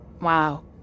Wow